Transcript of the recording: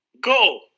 Go